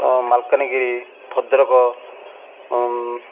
Malkangiri Bhadrak